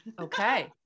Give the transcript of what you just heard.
Okay